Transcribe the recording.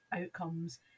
outcomes